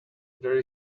there